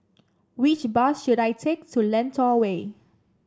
which bus should I take to Lentor Way